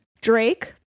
drake